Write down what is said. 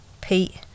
Pete